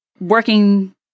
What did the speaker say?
working